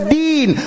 deen